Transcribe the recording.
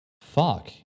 fuck